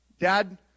Dad